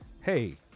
Hey